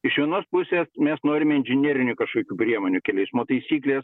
iš vienos pusės mes norime inžinerinių kažkokių priemonių kelių eismo taisyklės